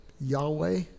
Yahweh